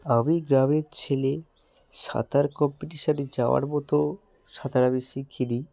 আমি গ্রামের ছেলে সাঁতার কম্পিটিশানে যাওয়ার মতো সাঁতার আমি শিখি নি